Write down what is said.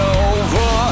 over